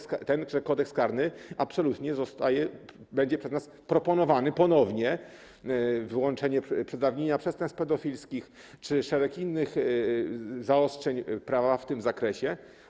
W tymże Kodeksie karnym absolutnie będą przez nas proponowane ponownie wyłączenie przedawnienia przestępstw pedofilskich czy szereg innych zaostrzeń prawa w tym zakresie.